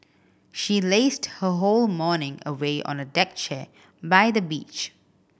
she lazed her whole morning away on a deck chair by the beach